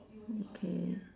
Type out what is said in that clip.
okay